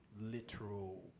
literal